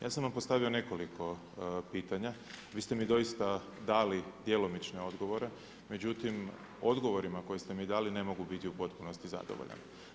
Ja sam vam postavio nekoliko pitanja, vi ste mi doista dali djelomične odgovore, međutim odgovorima koje ste mi dali ne mogu biti u potpunosti zadovoljan.